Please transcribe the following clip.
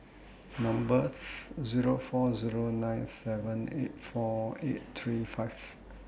number's Zero four Zero nine seven eight four eight three five